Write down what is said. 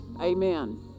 Amen